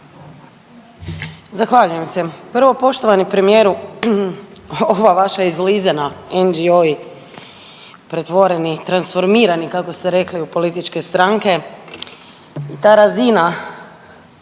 Zahvaljujem se. Prvo, poštovani premijeru ova vaša izlizana …/Govornik se ne razumije/…pretvoreni i transformirani, kako ste rekli u političke stranke, ta razina